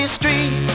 street